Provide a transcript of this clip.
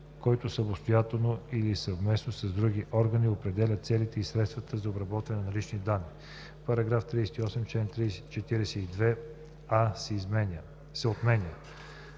който самостоятелно или съвместно с други органи определят целите и средствата за обработване на лични данни.“ § 38. Член 42а се отменя.